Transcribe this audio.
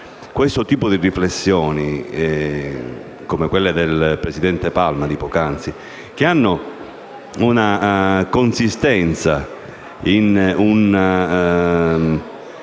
Questo tipo di riflessioni, come quelle del presidente Palma, hanno una consistenza in un